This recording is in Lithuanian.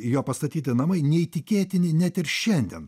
jo pastatyti namai neįtikėtini net ir šiandien